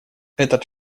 этот